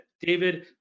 David